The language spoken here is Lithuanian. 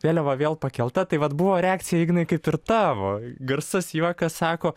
vėliava vėl pakelta tai vat buvo reakcija ignai kaip ir tavo garsas juokas sako